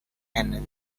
and